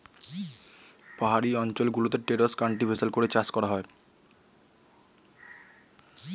পাহাড়ি অঞ্চল গুলোতে টেরেস কাল্টিভেশন করে চাষ করা হয়